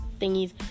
thingies